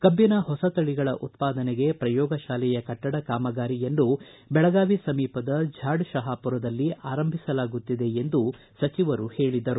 ಕಬ್ಬಿನ ಹೊಸ ತಳಿಗಳ ಉತ್ಪಾದನೆಗೆ ಪ್ರಯೋಗಶಾಲೆಯ ಕಟ್ಟಡ ಕಾಮಗಾರಿಯನ್ನು ಬೆಳಗಾವಿ ಸಮೀಪದ ಝಾಡಶಾಹಾಪೂರದಲ್ಲಿ ಆರಂಭಿಸಲಾಗುತ್ತಿದೆ ಎಂದು ಸಚಿವರು ಹೇಳಿದರು